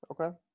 okay